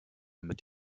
mit